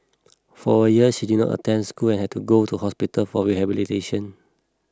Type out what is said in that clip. for a year she did not attend school and had to go to hospital for rehabilitation